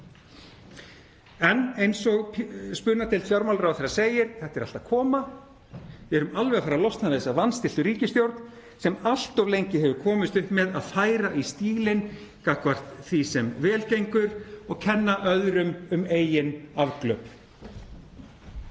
En eins og spunadeild fjármálaráðherra segir: Þetta er allt að koma. Við erum alveg að fara að losna við þessa vanstilltu ríkisstjórn sem allt of lengi hefur komist upp með að færa í stílinn gagnvart því sem vel gengur og kenna öðrum um eigin afglöp.